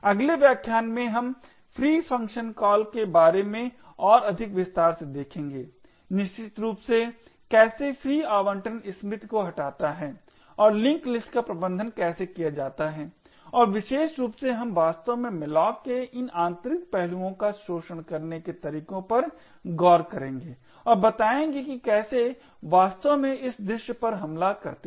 अगले व्याख्यान में हम free फ़ंक्शन कॉल के बारे में और अधिक विस्तार से देखेंगे निश्चित रूप से कैसे free आवंटित स्मृति को हटाता है और लिंक लिस्ट का प्रबंधन कैसे किया जाता है और विशेष रूप से हम वास्तव में malloc के इन आंतरिक पहलुओं का शोषण करने के तरीकों पर गौर करेंगे और बताएंगे कि कैसे वास्तव में इस दृश्य पर हमला करते हैं